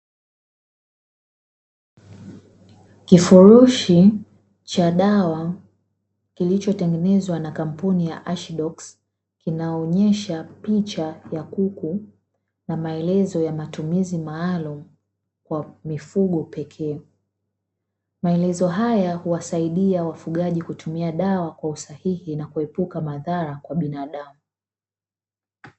Kifurushi cha dawa kilichotengenezwa na kampuni ya "ASHIDOKSI" kinaonyesha picha ya kuku na maelezo ya matumizi maalumu kwa mifugo pekee. Maelezo haya huwasaidia wafugaji kutumia dawa kwa usahihi na kuepuka madhara kwa binadamu.